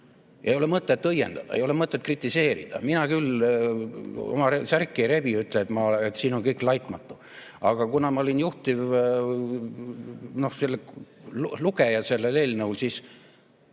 Ei ole mõtet õiendada. Ei ole mõtet kritiseerida. Mina küll oma särki ei rebi ega ütle, et siin on kõik laitmatu. Aga kuna ma olin juhtivlugeja sellel eelnõul, siis